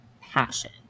passion